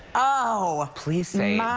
oh, please say